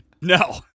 No